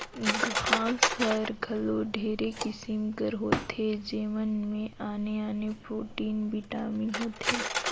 घांस हर घलो ढेरे किसिम कर होथे जेमन में आने आने प्रोटीन, बिटामिन होथे